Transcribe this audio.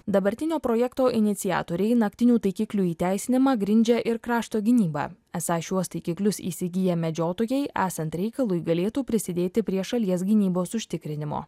dabartinio projekto iniciatoriai naktinių taikiklių įteisinimą grindžia ir krašto gynyba esą šiuos taikiklius įsigyja medžiotojai esant reikalui galėtų prisidėti prie šalies gynybos užtikrinimo